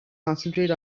concentrate